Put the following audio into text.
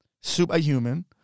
superhuman